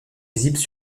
visibles